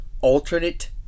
alternate